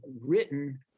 written